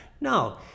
No